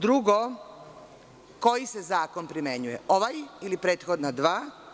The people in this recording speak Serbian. Drugo, koji se zakon primenjuje, ovaj ili prethodna dva?